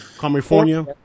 California